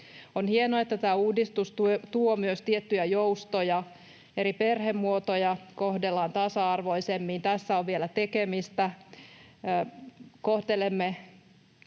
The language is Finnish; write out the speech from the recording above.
On hienoa, että tämä uudistus tuo myös tiettyjä joustoja. Eri perhemuotoja kohdellaan tasa-arvoisemmin. Tässä on vielä tekemistä. Kohtelemme